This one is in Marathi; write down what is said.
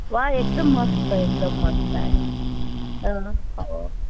वा एकदम मस्त एकदम मस्त आहे हो